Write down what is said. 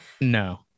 no